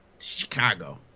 Chicago